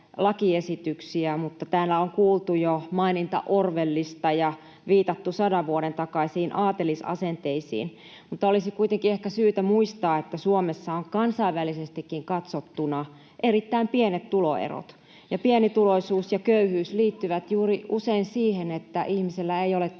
lakiesityksiä, mutta täällä on kuultu jo maininta Orwellista ja viitattu sadan vuoden takaisiin aatelisasenteisiin. Olisi kuitenkin ehkä syytä muistaa, että Suomessa on kansainvälisestikin katsottuna erittäin pienet tuloerot. Pienituloisuus ja köyhyys liittyvät usein juuri siihen, että ihmisellä ei ole työtä.